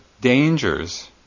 dangers